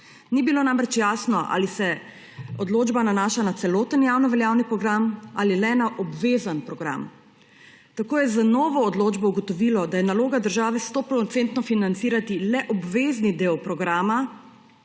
Ni bilo namreč jasno, ali se odločba nanaša na celoten javnoveljavni program ali le na obvezen program. Tako je z novo odločbo ugotovilo, da je naloga države 100 % financirati le obvezni del programa,